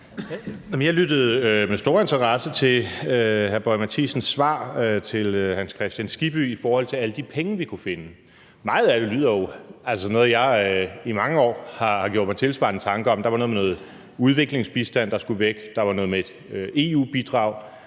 Jeg lyttede med stor interesse til hr. Lars Boje Mathiesens svar til hr. Hans Kristian Skibby i forhold til alle de penge, vi kunne finde. Det er altså noget, jeg i mange år har gjort mig tilsvarende tanker om. Der var noget med noget udviklingsbistand, der skulle væk, og der var noget med et EU-bidrag.